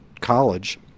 college